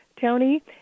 Tony